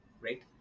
right